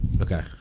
okay